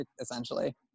essentially